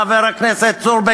חבר הכנסת צור,